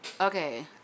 Okay